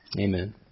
Amen